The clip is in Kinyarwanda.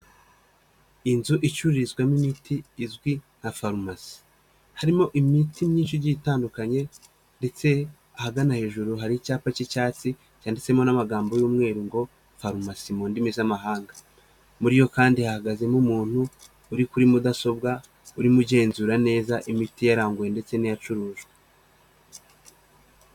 Inzu icururizwamo imiti izwi nka farumasi harimo imiti myinshi igiye itandukanye, ndetse ahagana hejuru hari icyapa cy'icyatsi cyanditsemo n'amagambo y'umweru ngo farumasi mu ndimi z'amahanga, muri yo kandi hahagazemo umuntuntu uri kuri mudasobwa urimo ugenzura neza imiti yaranguye ndetse n'iyacururujwe.